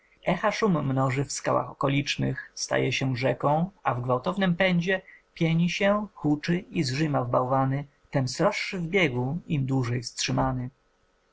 szum mnoży w skałach okolicznych staje się rzeką a w gwałtownym pędzie pieni się huczy i zżyma w bałwany tym sroższy w biegu im dłużej wstrzymany